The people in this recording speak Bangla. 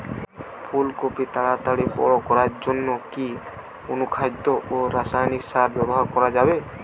ফুল কপি তাড়াতাড়ি বড় করার জন্য কি অনুখাদ্য ও রাসায়নিক সার ব্যবহার করা যাবে?